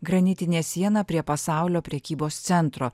granitinė siena prie pasaulio prekybos centro